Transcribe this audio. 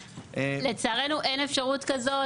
לצערנו אין אפשרות כזאת.